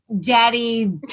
daddy